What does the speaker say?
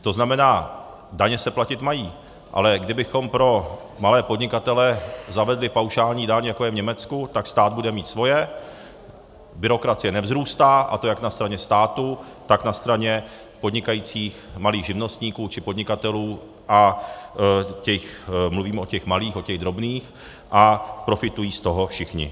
To znamená, daně se platit mají, ale kdybychom pro malé podnikatele zavedli paušální daň, jako je v Německu, tak stát bude mít svoje, byrokracie nevzrůstá, a to jak na straně státu, tak na straně podnikajících malých živnostníků či podnikatelů, a teď mluvím o těch malých, o těch drobných, a profitují z toho všichni.